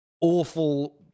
awful